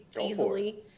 easily